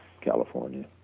California